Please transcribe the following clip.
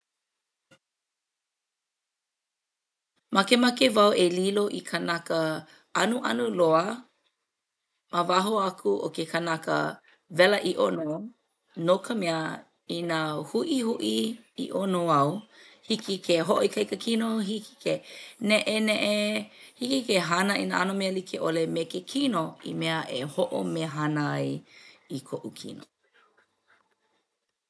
Makemake wau e lilo i kanaka anuanu loa ma waho aku o ke kanaka wela iʻo nō no ka mea inā huʻihuʻi iʻo nō au hiki ke hoʻoikaika kino hiki ke neʻeneʻe hiki ke hana i nā ʻano mea like ʻole me ke kino i mea e hoʻomehana ai i koʻu kino.